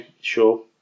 sure